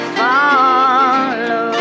follow